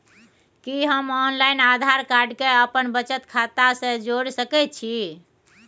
कि हम online Aadhaar card के अपन बचत खाता से जोरि सकै छी?